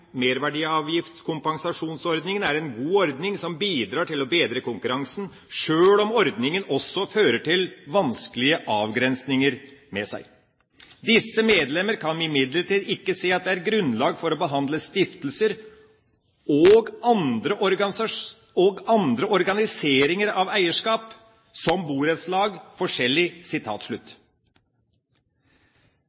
er en god ordning som bidrar til å bedre konkurransen, selv om ordningen også fører vanskelige avgrensninger med seg. Disse medlemmer kan imidlertid ikke se at det er grunnlag for å behandle stiftelser og andre organiseringer av eierskap, som borettslag, forskjellig.»